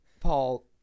Paul